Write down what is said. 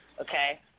Okay